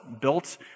built